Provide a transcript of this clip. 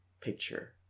picture